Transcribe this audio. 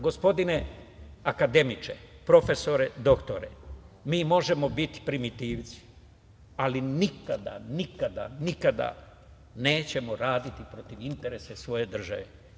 Gospodine akademiče, profesore, doktore, mi možemo biti primitivci, ali nikada, nikada, nikada nećemo raditi protiv interesa svoje države.